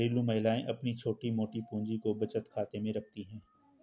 घरेलू महिलाएं अपनी छोटी मोटी पूंजी को बचत खाते में रखती है